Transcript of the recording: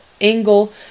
Angle